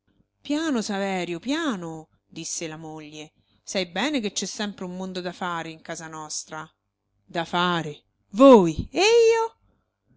piano saverio piano disse la moglie sai bene che c'è sempre un mondo da fare in casa nostra da fare voi e io